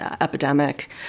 epidemic